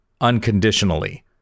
unconditionally